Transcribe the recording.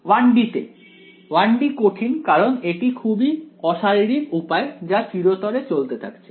1 D তে 1 D কঠিন কারণ এটি একটি খুবই অশারীরিক উপায় যা চিরতরে চলতে থাকছে